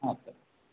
আচ্ছা